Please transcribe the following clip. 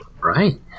Right